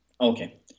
Okay